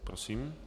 Prosím.